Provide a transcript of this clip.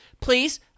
please